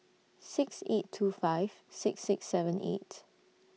six eight two five six six seven eight